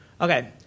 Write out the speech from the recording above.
Okay